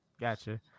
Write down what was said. gotcha